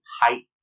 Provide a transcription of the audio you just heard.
height